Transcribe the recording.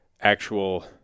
actual